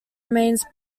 remains